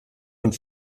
und